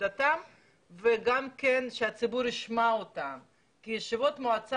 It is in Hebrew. גם כדי שהציבור ישמע אותם כי ישיבות מועצה